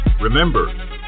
Remember